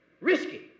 Risky